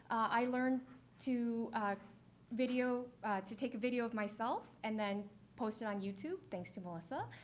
i learned to video to take a video of myself and then post it on youtube, thanks to melissa.